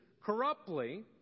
corruptly